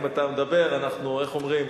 אם אתה מדבר, אנחנו, איך אומרים?